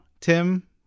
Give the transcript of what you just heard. tim